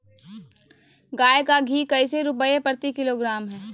गाय का घी कैसे रुपए प्रति किलोग्राम है?